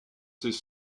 ses